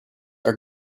are